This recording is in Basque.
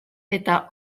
eta